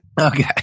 Okay